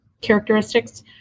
characteristics